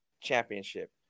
championship